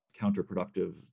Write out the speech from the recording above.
counterproductive